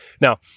Now